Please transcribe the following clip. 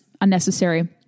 unnecessary